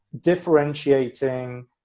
differentiating